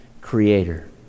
creator